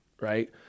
right